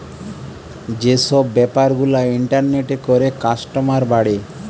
যে সব বেপার গুলা ইন্টারনেটে করে কাস্টমার বাড়ে